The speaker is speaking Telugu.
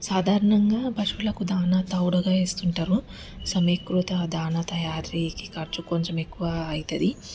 సాధారణంగా పశువులకు దానాతౌడుగా వేస్తుంటారు సమీకృత దాన తయారీకి ఖర్చు కొంచెం ఎక్కువ అవుతుంది